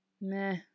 meh